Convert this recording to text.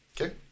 Okay